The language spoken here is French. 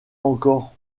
encore